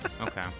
Okay